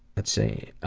let's see.